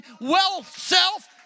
well-self